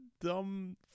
dumb